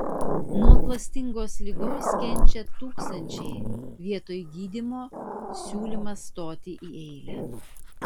nuo klastingos ligos kenčia tūkstančiai vietoj gydymo siūlymas stoti į eilę